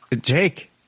Jake